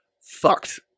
fucked